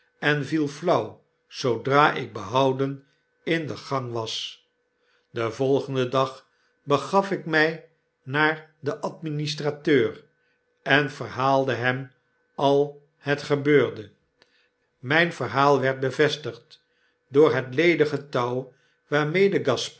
en viel flauw zoodra ik behouden in de gang was den volgenden dag begaf ik my naar den administrateur en verhaalde hem al het gebeurde myn verhaal werd bevestigd door het iedige touw waarmede